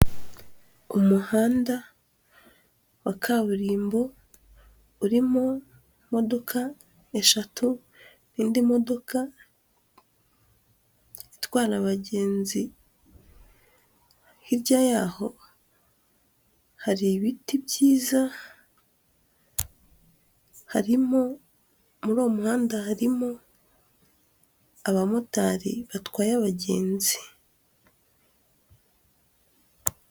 Umuhanda wa kaburimbo, urimo imodoka eshatu n'indi modoka itwara abagenzi, hirya yaho hari ibiti byiza, harimo muri uwo muhanda harimo abamotari batwaye abagenzi.